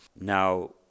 now